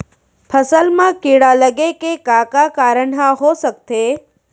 फसल म कीड़ा लगे के का का कारण ह हो सकथे?